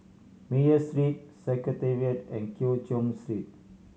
Meyer Street Secretariat and Keng Cheow Street